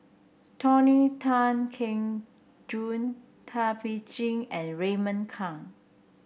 Tony Tan Keng Joo Thum Ping Tjin and Raymond Kang